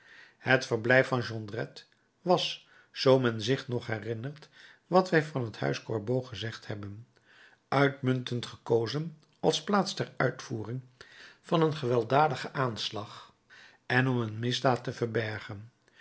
het verblijf van jondrette was zoo men zich nog herinnert wat wij van het huis gorbeau gezegd hebben uitmuntend gekozen als plaats ter uitvoering van een gewelddadigen aanslag en om een misdaad te verbergen